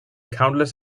countless